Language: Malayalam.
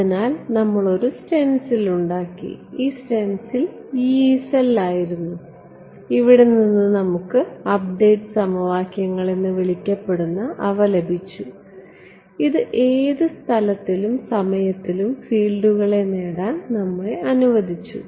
അതിനാൽ നമ്മൾ ഒരു സ്റ്റെൻസിൽ ഉണ്ടാക്കി ഈ സ്റ്റെൻസിൽ യീ സെല്ലായിരുന്നു ഇവിടെ നിന്ന് നമുക്ക് അപ്ഡേറ്റ് സമവാക്യങ്ങൾ എന്ന് വിളിക്കപ്പെടുന്ന അവ ലഭിച്ചു ഇത് സ്ഥലത്തിലും സമയത്തിലും ഫീൽഡുകൾ നേടാൻ നമ്മളെ അനുവദിച്ചു